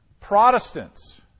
Protestants